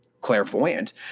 clairvoyant